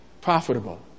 profitable